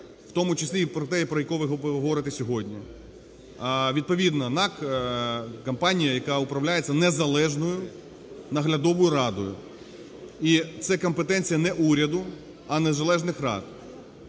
в тому числі і про те, про яке ви говорите сьогодні. Відповідно НАК - компанія, яка управляється незалежною наглядовою радою. І це компетенція не уряду, а незалежних рад.